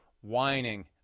whining